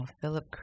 Philip